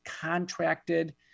contracted